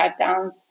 shutdowns